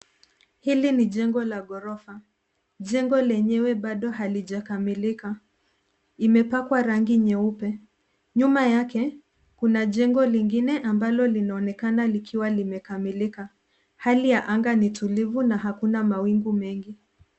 Hili ni jengo la ghorofa. Jengo kwenye bado halijakamilika. Imepakwa rangi nyeupe. Nyuma yake, kuna jengo lingine ambalo linaonekana likiwa limekamilika. Hali ya anga ni tulivu na hakuna mawingu mengi.